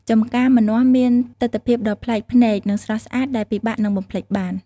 ចម្ការម្នាស់មានទិដ្ឋភាពដ៏ប្លែកភ្នែក និងស្រស់ស្អាតដែលពិបាកនឹងបំភ្លេចបាន។